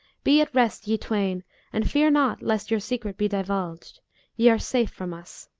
be at rest ye twain and fear not lest your secret be divulged ye are safe from us.